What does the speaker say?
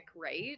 right